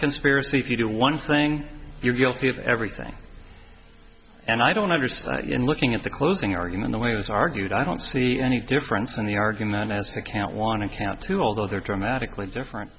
conspiracy if you do one thing you're guilty of everything and i don't understand looking at the closing argument the way it was argued i don't see any difference in the argument as to count one account too although they are dramatically different